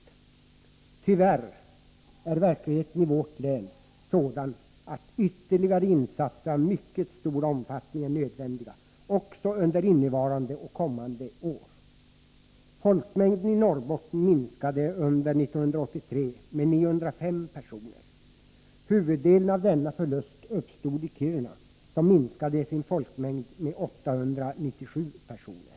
Men tyvärr är verkligheten i vårt län sådan att ytterligare insatser av mycket stor omfattning är nödvändiga också under detta och kommande år. Folkmängden i Norrbotten minskade under 1983 med 905 personer. Huvuddelen av denna förlust uppstod i Kiruna vars folkmängd minskade med 897 personer.